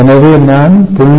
எனவே நான் 0